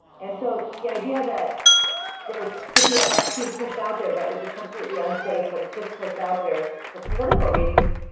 and so the idea that there could be a vaccine pushed out there that would be completely unsafe. but it's just pushed out there for political reasons.